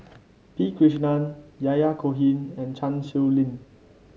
P Krishnan Yahya Cohen and Chan Sow Lin